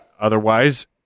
Otherwise